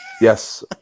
Yes